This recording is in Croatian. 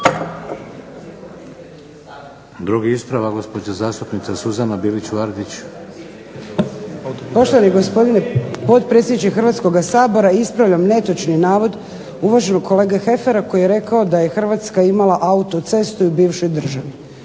Drugi ispravak, gospođa zastupnica Suzana Bilić Vardić. **Bilić Vardić, Suzana (HDZ)** Poštovani gospodine potpredsjedniče Hrvatskoga sabora ispravljam netočni navod uvaženog kolege Heffera koji je rekao da je Hrvatska imala autocestu u bivšoj državi.